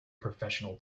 professional